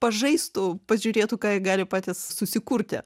pažaistų pažiūrėtų ką jie gali patys susikurti